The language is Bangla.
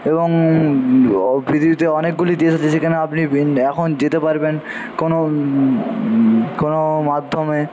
এবং পৃথিবীতে অনেকগুলি দেশ আছে যেখানে আপনি এখন যেতে পারবেন কোনো কোনো মাধ্যমে